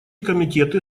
комитеты